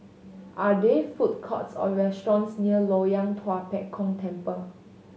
are there food courts or restaurants near Loyang Tua Pek Kong Temple